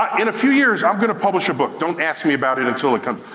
in a few years i'm gonna publish a book? don't ask me about it until it comes